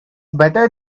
better